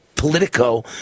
Politico